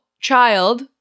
child